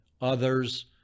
others